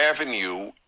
avenue